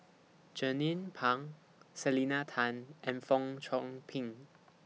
Jernnine Pang Selena Tan and Fong Chong Pik